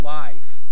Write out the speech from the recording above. life